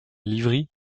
livry